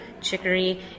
chicory